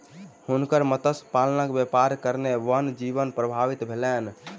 हुनकर मत्स्य पालनक व्यापारक कारणेँ वन्य जीवन प्रभावित भेलैन